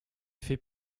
fait